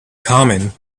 common